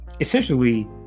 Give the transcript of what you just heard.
essentially